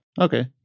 Okay